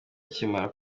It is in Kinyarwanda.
ukimara